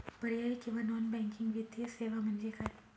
पर्यायी किंवा non banking वित्तीय सेवा म्हणजे काय?